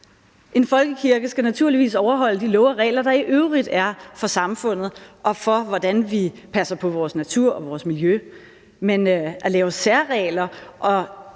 En folkekirke skal naturligvis overholde de love og regler, der i øvrigt er for samfundet og for, hvordan vi passer på vores natur og vores miljø. Men at lave særregler og